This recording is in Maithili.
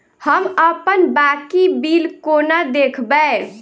हम अप्पन बाकी बिल कोना देखबै?